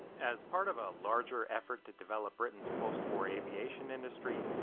as part of a larger effort to develop britain's post-war aviation industry,